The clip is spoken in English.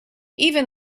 even